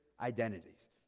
identities